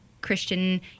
Christian